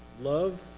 Love